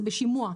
זה בשימוע,